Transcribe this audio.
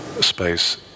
space